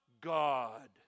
God